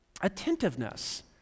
attentiveness